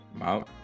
Wow